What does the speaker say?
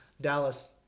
Dallas